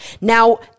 Now